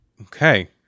Okay